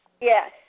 Yes